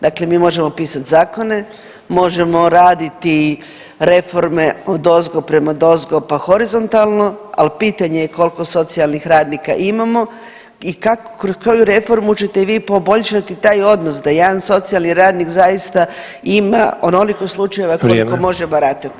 Dakle mi možemo pisati zakone, možemo raditi reforme odozgo prema dozgo pa horizontalno, ali pitanje je koliko socijalnih radnika imamo i kako, koju reformu ćete vi poboljšati taj odnos, da jedan socijalni radnik zaista ima onoliko slučajeva koliko može baratati.